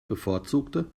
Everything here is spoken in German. bevorzugte